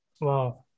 Wow